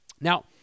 Now